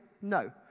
No